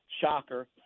shocker